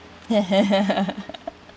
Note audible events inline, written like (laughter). (laughs)